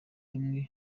rumwe